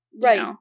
Right